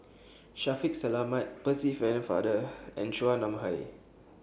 Shaffiq Selamat Percy Pennefather and Chua Nam Hai